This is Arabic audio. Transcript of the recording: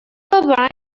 براين